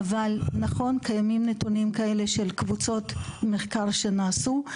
אבל נכון קיימים נתונים כאלה של קבוצות מחקר שנעשו.